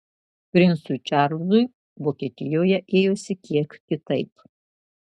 princui čarlzui vokietijoje ėjosi kiek kitaip